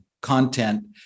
content